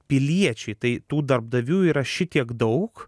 piliečiai tai tų darbdavių yra šitiek daug